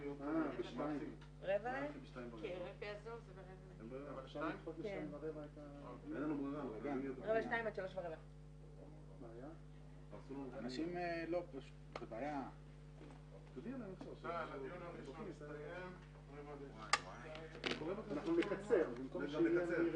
13:25.